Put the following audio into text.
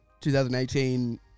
2018